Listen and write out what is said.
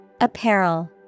Apparel